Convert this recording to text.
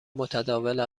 متداول